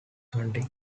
hunting